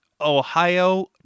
Ohio